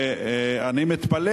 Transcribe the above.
ואני מתפלא